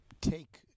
take